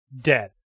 Dead